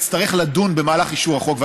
נצטרך לדון במהלך אישור החוק.